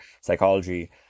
psychology